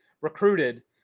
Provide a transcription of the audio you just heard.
recruited